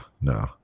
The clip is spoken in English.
no